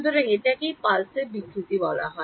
সুতরাং এটাকেই pulseবিকৃতি বলা হয়